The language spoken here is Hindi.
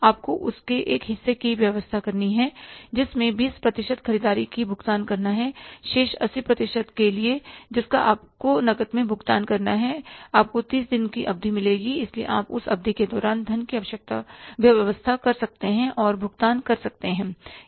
आपको उसके एक हिस्से की व्यवस्था करनी है जिसमें 20 प्रतिशत ख़रीददारी का भुगतान करना है शेष 80 प्रतिशत के लिए जिसका आपको नकद में भुगतान करना है आपको 30 दिनों की अवधि मिलेगी इसलिए आप उस अवधि के दौरान धन की व्यवस्था कर सकते हैं और भुगतान कर सकते हैं